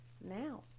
now